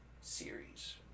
series